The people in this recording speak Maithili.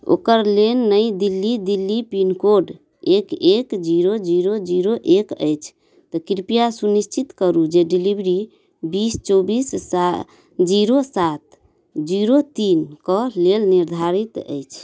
ओकर लेन नई दिल्ली दिल्ली पिनकोड एक एक जीरो जीरो जीरो एक अछि तऽ कृपया सुनिश्चित करू जे डिलिवरी बीस चौबिस जीरो सात जीरो तीनके लेल निर्धारित अछि